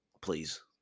Please